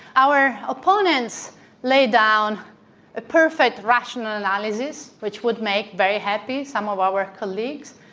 our opponents lay down a perfect rational analysis, which would make very happy some of our colleagues,